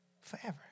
forever